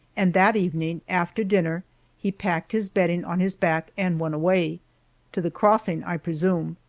and that evening after dinner he packed his bedding on his back and went away to the crossing, i presume.